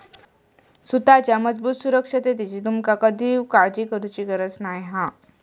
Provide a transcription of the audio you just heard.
सुताच्या मजबूत सुरक्षिततेची तुमका कधीव काळजी करुची गरज नाय हा